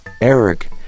Eric